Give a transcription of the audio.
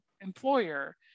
employer